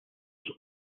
his